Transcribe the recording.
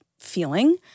feeling